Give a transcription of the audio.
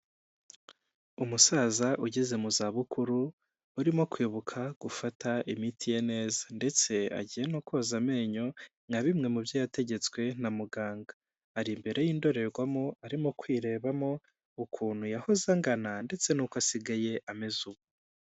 Umusaza ugeze mu za bukuru urimo kwibuka gufata imiti ye neza ndetse agiye no koza amenyo nka bimwe mu byo yategetswe na muganga, ari imbere y'indorerwamo arimo kwirebamo ukuntu yahoze angana ndetse nuko asigaye ameze ubu.